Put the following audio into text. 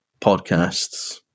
podcasts